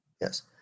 Yes